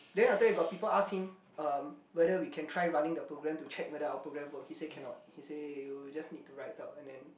then I tell you got people ask him um whether we can try running the program to check whether our program work he say cannot he say you just need to write out and then